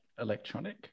Electronic